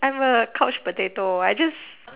I'm a couch potato I just